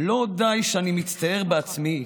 לא די שאני מצטער בעצמי,